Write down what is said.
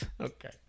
Okay